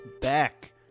back